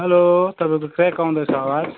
hello तपाईँको crack आउँदैछ आवाज